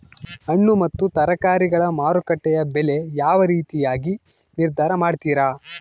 ಹಣ್ಣು ಮತ್ತು ತರಕಾರಿಗಳ ಮಾರುಕಟ್ಟೆಯ ಬೆಲೆ ಯಾವ ರೇತಿಯಾಗಿ ನಿರ್ಧಾರ ಮಾಡ್ತಿರಾ?